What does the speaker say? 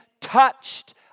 touched